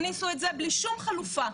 הכניסו את זה בלי שום חלופה.